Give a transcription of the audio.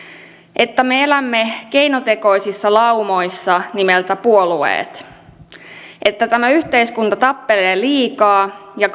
että me elämme keinotekoisissa laumoissa nimeltä puolueet siitä että tämä yhteiskunta tappelee liikaa ja